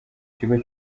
kigo